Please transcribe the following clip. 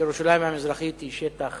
ירושלים המזרחית היא שטח